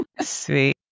Sweet